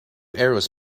arrows